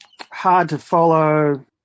hard-to-follow